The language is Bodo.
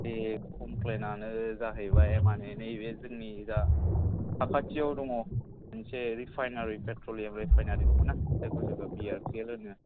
बे कमप्लेनआनो जाहैबाय माने नैबे जोंनि दा साखाथियाव दङ मोनसे रिफाइनारि पेट्रलियाम रिफाइनारि दङ ना जायखौ जोङो बि आर पि एल होनो